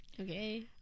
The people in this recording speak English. okay